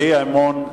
והאי-אמון נדחה.